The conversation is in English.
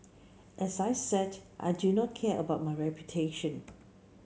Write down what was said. as I said I do not care about my reputation